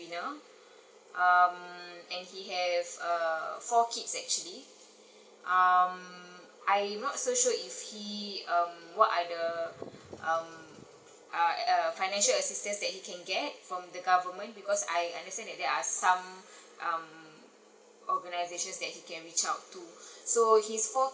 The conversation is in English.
breadwinner um and he has uh four kids actually um I'm not so sure if he um what are the um err uh financial assistance that he can get from the government because I understand that there are some um organizations that he can reach out to so his